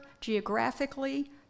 geographically